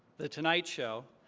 the tonight show,